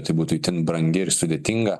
tai būtų itin brangi ir sudėtinga